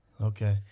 Okay